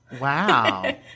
Wow